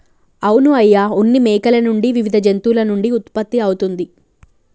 అవును అయ్య ఉన్ని మేకల నుండి వివిధ జంతువుల నుండి ఉత్పత్తి అవుతుంది